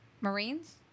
Marines